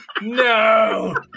No